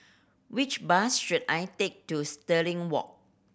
which bus should I take to Stirling Walk